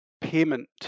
payment